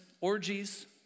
orgies